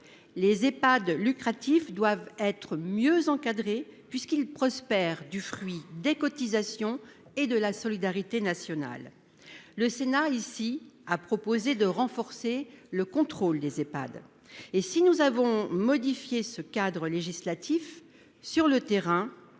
les EPHAD lucratif doivent être mieux encadrées, puisqu'il prospère du fruit des cotisations et de la solidarité nationale, le Sénat ici a proposé de renforcer le contrôle des Ehpad et si nous avons modifié ce cadre législatif sur le terrain